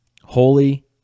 holy